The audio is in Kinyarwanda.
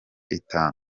itanu